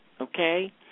Okay